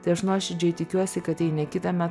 tai aš nuoširdžiai tikiuosi kad jei ne kitąmet